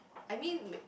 I mean